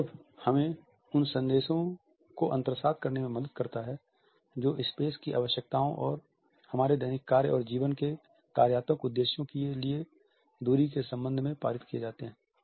संदर्भ हमें उन संदेशों को अंतर्सात करने में मदद करता है जो स्पेस की आवश्यकताओं और हमारे दैनिक कार्य और जीवन के कार्यात्मक उद्देश्यों के लिए दूरी के संबंध में पारित किए जाते हैं